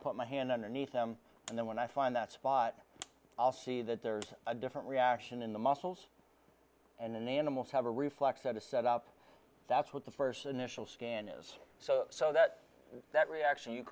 put my hand underneath them and then when i find that spot i'll see that there's a different reaction in the muscles and in animals have a reflex that is set up that's what the first initial scan is so so that that reaction you